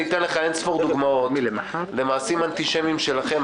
אתן לך אין ספור דוגמאות למעשים אנטישמיים שלכם,